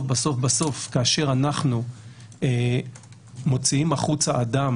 כאשר אנחנו מוציאים החוצה אדם